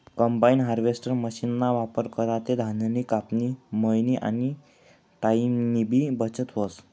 combine harvester मशीनना वापर करा ते धान्यनी कापनी, मयनी आनी टाईमनीबी बचत व्हस